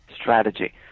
strategy